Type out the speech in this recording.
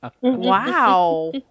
Wow